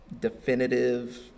definitive